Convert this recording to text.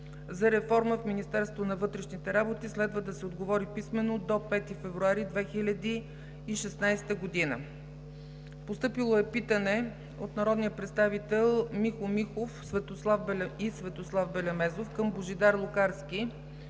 за реформа в Министерството на вътрешните работи. Следва да се отговори писмено до 5 февруари 2016 г.; - народните представители Михо Михов и Светослав Белемезов към Божидар Лукарски